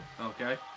Okay